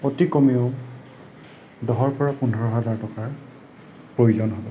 অতি কমেও দহৰপৰা পোন্ধৰ হাজাৰ টকাৰ প্ৰয়োজন হ'ব